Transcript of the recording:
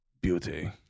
beauty